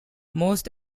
most